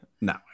No